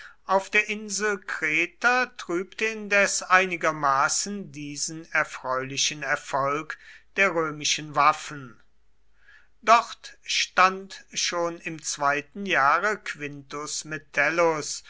auf der insel kreta trübte indes einigermaßen diesen erfreulichen erfolg der römischen waffen dort stand schon im zweiten jahre quintus metellus